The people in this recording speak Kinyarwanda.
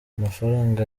amafaranga